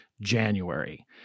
January